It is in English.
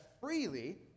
freely